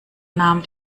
nahm